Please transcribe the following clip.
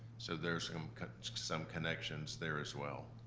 so there's some connections there as well.